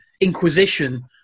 inquisition